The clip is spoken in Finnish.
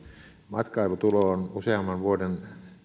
matkailutulo on useamman vuoden